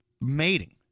mating